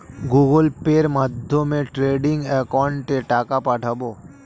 Google পের মাধ্যমে trading একাউন্টে টাকা পাঠাবো?